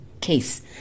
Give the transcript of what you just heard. case